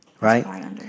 Right